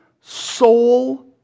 soul